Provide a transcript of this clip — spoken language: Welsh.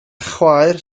chwaer